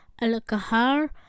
al-Kahar